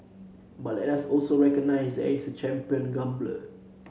but let us also recognise that he is a champion grumbler